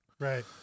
Right